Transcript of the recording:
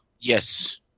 Yes